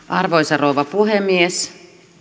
arvoisa rouva puhemies